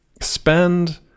spend